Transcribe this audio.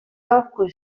acqueo